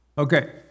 Okay